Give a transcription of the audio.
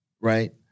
right